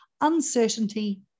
uncertainty